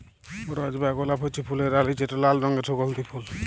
রজ বা গোলাপ হছে ফুলের রালি যেট লাল রঙের সুগল্ধি ফল